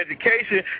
education